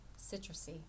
citrusy